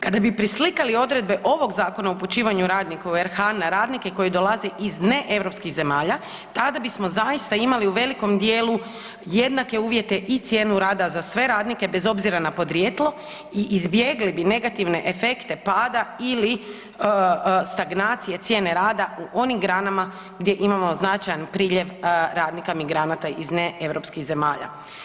Kada bi preslikali odredbe ovog zakona o upućivanju radnika u RH na radnike koji dolaze iz ne europskih zemalja, tada bismo zaista imali u velikom djelu jednake uvjete i cijenu rada za sve radnike bez obzira na podrijetlo i izbjegli bi negativne efekte pada ili stagnacije cijene rada u onim granama gdje imamo značajan priljev radnika migranata iz ne europskih zemalja.